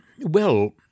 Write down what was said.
Well—